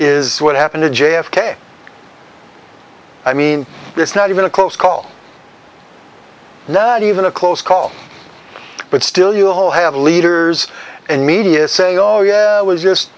is what happened to j f k i mean it's not even a close call now even a close call but still you'll have leaders and media saying oh yeah i was just